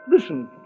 Listen